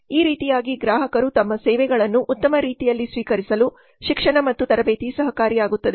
ಈ ರೀತಿಯಾಗಿ ಗ್ರಾಹಕರು ತಮ್ಮ ಸೇವೆಗಳನ್ನು ಉತ್ತಮ ರೀತಿಯಲ್ಲಿ ಸ್ವೀಕರಿಸಲು ಶಿಕ್ಷಣ ಮತ್ತು ತರಬೇತಿ ಸಹಕಾರಿಯಾಗುತ್ತದೆ